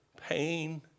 pain